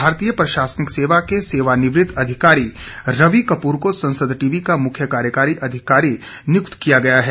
भारतीय प्रशासनिक सेवा के सेवा निवृत अधिकारी रवि कपूर को संसद टीवी का मुख्य कार्यकारी अधिकारी नियुक्त किया गया है